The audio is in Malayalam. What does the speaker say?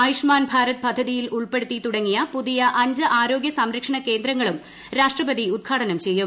ആയൂഷ്മാൻ ഭാരത് പദ്ധതിയിൽ ക്കൾപ്പെടുത്തി തുടങ്ങിയ പുതിയ അഞ്ച് ആരോഗ്യ സംരക്ഷണൂ ്ക്രിഗ്ദങ്ങളും രാഷ്ട്രപതി ഉദ്ഘാടനം ചെയ്യും